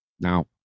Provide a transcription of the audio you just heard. Now